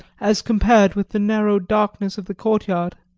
as compared with the narrow darkness of the courtyard.